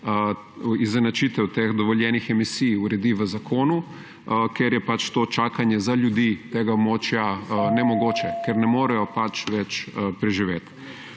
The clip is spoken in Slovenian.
izenačitev dovoljenih emisij uredi v zakonu, ker je to čakanje za ljudi tega območja nemogoče, ker ne morejo več preživeti.